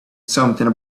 something